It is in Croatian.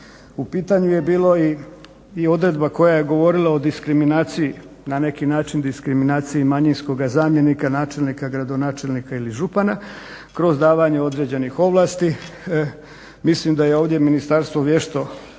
U pitanju je bila i odredba koja je govorila o diskriminaciji, na neki način diskriminaciji manjinskoga zamjenika načelnika, gradonačelnika ili župana kroz davanje određenih ovlasti. Mislim da je ovdje ministarstvo vješto